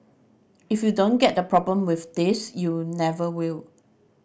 if you don't get the problem with this you never will